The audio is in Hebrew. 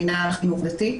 המנהל על חינוך דתי.